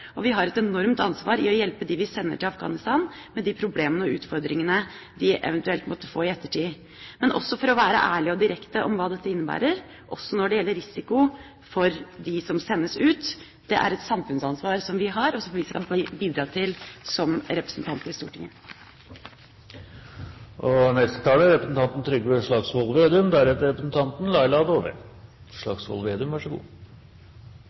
og vi har et enormt ansvar for å hjelpe dem vi sender til Afghanistan, med de problemene og utfordringene de eventuelt måtte få i ettertid, men også for å være ærlige og direkte om hva dette innebærer, også når det gjelder risiko for dem som sendes ut. Det er et samfunnsansvar som vi har, og som vi kan bidra til som representanter i Stortinget.